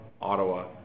Ottawa